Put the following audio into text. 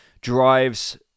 drives